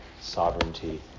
sovereignty